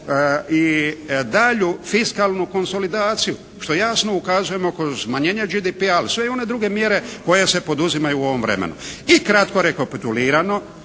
i daljnju fiskalnu konsolidaciju što jasno ukazujemo kroz smanjenje GDP-a uz sve one druge mjere koje se poduzimaju u ovom vremenu. I kratko rekapitulirano